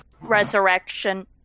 Resurrection